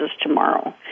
tomorrow